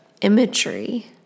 imagery